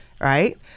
right